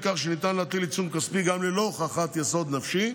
מכך שניתן להטיל עיצום כספי גם ללא הוכחת יסוד נפשי,